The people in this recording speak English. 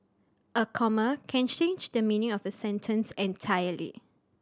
a comma can change the meaning of a sentence entirely